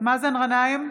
מאזן גנאים,